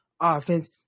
offense